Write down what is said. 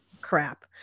crap